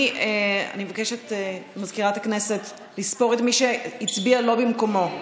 אני מבקשת ממזכירת הכנסת לספור את מי שהצביע לא במקומו.